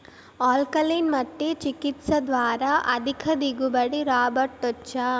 alkaline మట్టి చికిత్స ద్వారా అధిక దిగుబడి రాబట్టొచ్చా